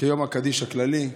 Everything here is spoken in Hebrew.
כיום הקדיש הכללי,